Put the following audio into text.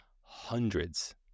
hundreds